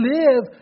live